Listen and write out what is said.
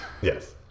Yes